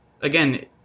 again